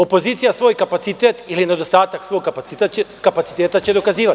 Opozicija svoj kapacitet ili nedostatak svog kapaciteta će dokazivati.